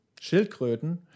Schildkröten